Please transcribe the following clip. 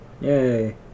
Yay